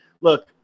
look